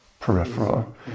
peripheral